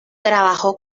trabajó